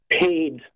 paid